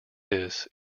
this